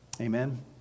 Amen